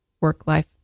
work-life